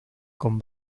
con